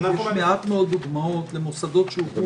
יש מעט מאוד דוגמאות למוסדות שהוקמו